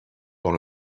dans